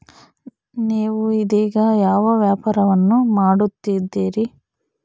ನೇವು ಇದೇಗ ಯಾವ ವ್ಯಾಪಾರವನ್ನು ಮಾಡುತ್ತಿದ್ದೇರಿ?